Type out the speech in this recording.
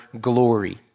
glory